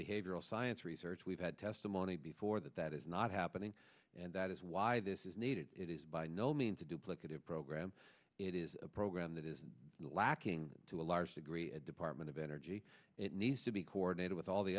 behavioral science research we've had testimony before that that is not happening and that is why this is needed it is by no means a duplicative program it is a program that is lacking to a large degree a department of energy it needs to be coordinated with all the